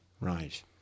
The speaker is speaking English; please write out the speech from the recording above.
Right